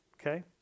okay